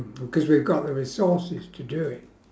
cause we have got the resources to do it